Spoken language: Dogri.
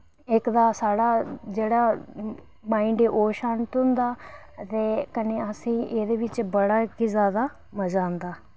इक तां साढ़ा जेह्ड़ा माइंड ऐ ओ शांत होंदा ते कन्नै असेंई एह्दे बिच बड़ा गै ज्यादा मजा आंदा